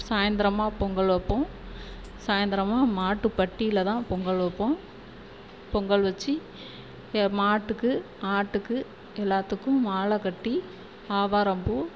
சாயந்திரமா பொங்கல் வைப்போம் சாயந்திரமா மாட்டு பட்டியில்தான் பொங்கல் வைப்போம் பொங்கல் வச்சு ய மாட்டுக்கு ஆட்டுக்கு எல்லாத்துக்கும் மாலைகட்டி ஆவாரம்பூ